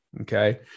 okay